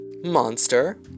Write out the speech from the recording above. monster